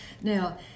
Now